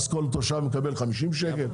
אז כל תושב יקבל 50 שקל,